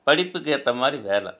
படிப்புக்கு ஏற்ற மாதிரி வேலை